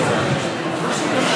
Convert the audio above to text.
לבינך,